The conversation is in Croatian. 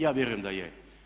Ja vjerujem da je.